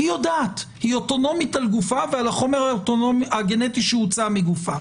היא אוטונומית על החומר הגנטי שהוצא מגופה.